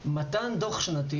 מתן דוח שנתי